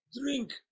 drink